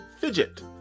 Fidget